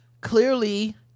clearly